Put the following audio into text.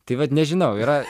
tai vat nežinau yra